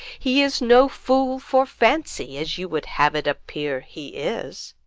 he is no fool for fancy, as you would have it appear he is.